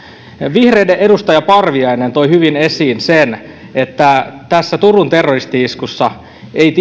vihreiden edustaja parviainen toi hyvin esiin sen että tätä turun terroristi iskua eivät